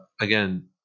again